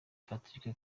patrick